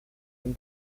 dem